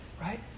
Right